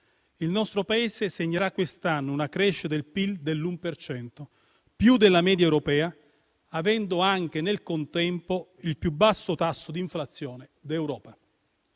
il nostro Paese segnerà quest'anno una crescita del PIL dell'1 per cento, più della media europea, avendo anche nel contempo il più basso tasso di inflazione d'Europa.